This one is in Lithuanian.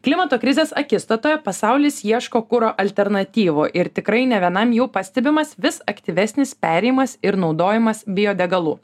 klimato krizės akistatoje pasaulis ieško kuro alternatyvų ir tikrai ne vienam jau pastebimas vis aktyvesnis perėjimas ir naudojimas biodegalų